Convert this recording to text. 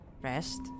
rest